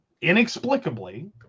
inexplicably